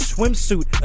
Swimsuit